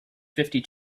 fifty